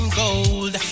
gold